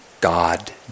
God